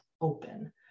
open